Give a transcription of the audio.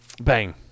Bang